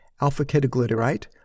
alpha-ketoglutarate